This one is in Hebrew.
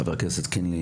חבר הכנסת קינלי,